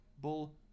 bull